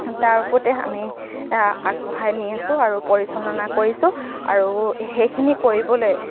তাৰ ওপৰতে আমি আগবঢ়াই নি আছোঁ আৰু পৰিচালনা কৰিছোঁ আৰু সেইখিনি কৰিবলৈ